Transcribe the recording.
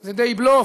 זה די בלוף,